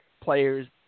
players